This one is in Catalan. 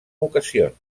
ocasions